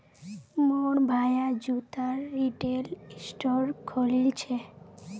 मोर भाया जूतार रिटेल स्टोर खोलील छ